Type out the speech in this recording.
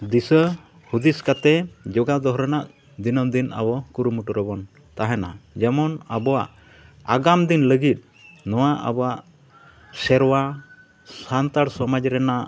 ᱫᱤᱥᱟᱹ ᱦᱩᱫᱤᱥ ᱠᱟᱛᱮᱫ ᱡᱚᱜᱟᱣ ᱫᱚᱦᱚ ᱨᱮᱱᱟᱜ ᱫᱤᱱᱟᱹᱢ ᱫᱤᱱ ᱟᱵᱚ ᱠᱩᱨᱩᱢᱩᱴᱩ ᱨᱮᱵᱚᱱ ᱛᱟᱦᱮᱱᱟ ᱡᱮᱢᱚᱱ ᱟᱵᱚᱣᱟᱜ ᱟᱜᱟᱢ ᱫᱤᱱ ᱞᱟᱹᱜᱤᱫ ᱱᱚᱣᱟ ᱟᱵᱚᱣᱟᱜ ᱥᱮᱨᱣᱟ ᱥᱟᱱᱛᱟᱲ ᱥᱚᱢᱟᱡᱽ ᱨᱮᱱᱟᱜ